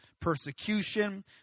persecution